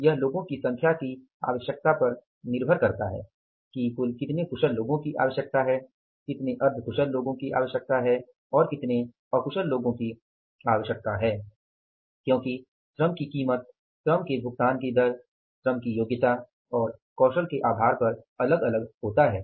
यह लोगों की संख्या की आवश्यकता पर निर्भर करता है कि कितने कुशल लोगों की आवश्यकता है कितने अर्ध कुशल लोगों की आवश्यकता है और कितने अकुशल लोगों की आवश्यकता है क्योंकि श्रम की कीमत श्रम के भुगतान की दर श्रम की योग्यता और कौशल के आधार पर अलग अलग है